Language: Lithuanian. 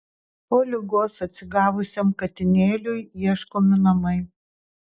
po ligos atsigavusiam katinėliui ieškomi namai